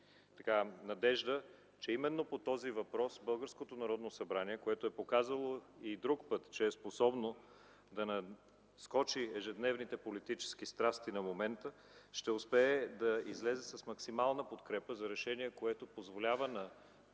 изразя надежда, че именно по този въпрос българското Народно събрание, което е показвало и друг път, че е способно да надскочи ежедневните политически страсти на момента, ще успее да излезе с максимална подкрепа за решение, което дава